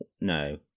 No